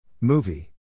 Movie